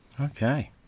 Okay